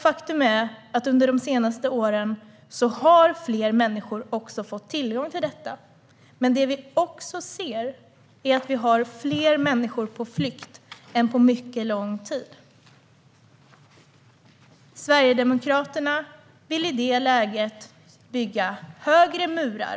Faktum är att fler människor fått tillgång till detta under de senaste åren. Men det är också fler människor på flykt än på mycket lång tid. Sverigedemokraterna vill i det läget bygga högre murar.